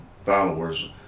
followers